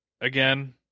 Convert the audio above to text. again